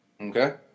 Okay